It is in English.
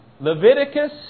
Leviticus